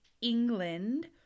England